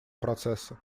процесса